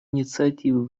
инициативы